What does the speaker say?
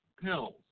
pills